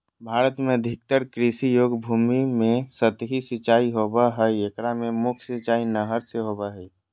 भारत में अधिकतर कृषि योग्य भूमि में सतही सिंचाई होवअ हई एकरा मे मुख्य सिंचाई नहर से होबो हई